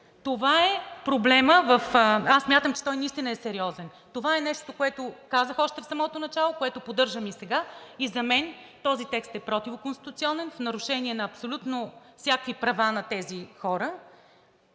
Това е проблемът. Аз смятам, че той наистина е сериозен. Това е нещото, което казах още в самото начало, което поддържам и сега. За мен този текст е противоконституционен, в нарушение на абсолютно всякакви права на тези хора.